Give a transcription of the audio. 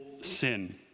sin